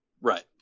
Right